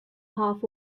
half